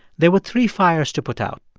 there were three fires to put out.